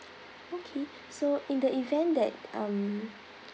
okay so in the event that um